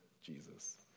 Jesus